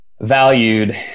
valued